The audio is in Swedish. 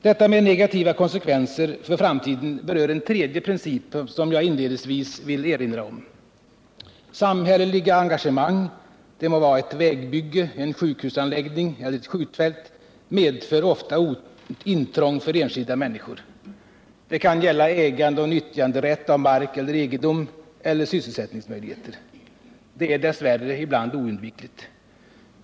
Detta med negativa konsekvenser för framtiden berör en tredje princip som jag inledningsvis vill erinra om. Samhälleliga engagemang — det må vara ett vägbygge, en sjukhusanläggning eller ett skjutfält — medför ofta intrång för enskilda människor. Det kan gälla ägandeoch nyttjanderätt av mark, egendom eller sysselsättningsmöjligheter. Det är dess värre ibland oundvikligt.